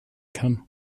kann